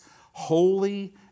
holy